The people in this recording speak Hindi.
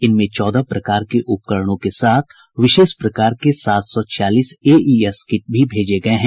इनमें चौदह प्रकार के उपकरणें के साथ विशेष प्रकार के सात सौ छियालीस एईएस किट भी भेजे गये हैं